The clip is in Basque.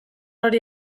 hori